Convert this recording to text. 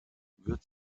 wird